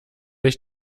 ich